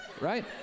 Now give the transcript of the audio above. right